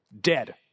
Dead